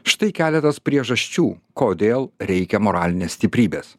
štai keletas priežasčių kodėl reikia moralinės stiprybės